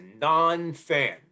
non-fan